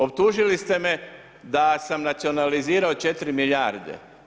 Optužili ste me da sam nacionalizirao 4 milijarde.